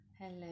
Hello